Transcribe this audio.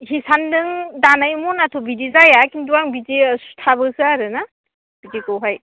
हिसानजों दानाय मनाथ' बिदि जाया खिन्थु आं बिदि सुथाबोसो आरोना बिदिखौहाय